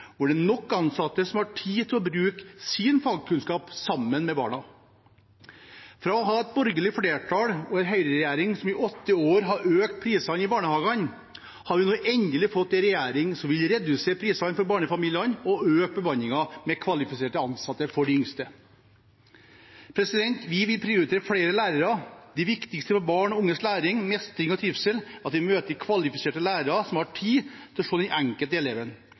nok ansatte som har tid til å bruke sin fagkunnskap sammen med barna. Fra å ha hatt et borgerlig flertall og en høyreregjering som i åtte år har økt prisene i barnehagene, har vi nå endelig fått en regjering som vil redusere prisene for barnefamiliene og øke bemanningen med kvalifiserte ansatte for de yngste. Vi vil prioritere flere lærere. Det viktigste for barn og unges læring, mestring og trivsel er at de møter kvalifiserte lærere som har tid til å se den enkelte eleven.